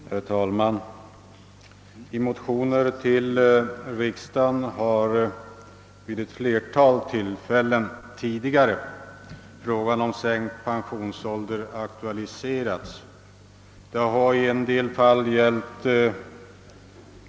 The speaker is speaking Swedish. Herr talman! I motioner till riksdagen har frågan om sänkt pensionsålder vid ett flertal tillfällen aktualiserats.